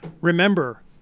Remember